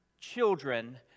children